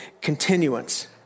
continuance